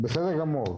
בסדר גמור.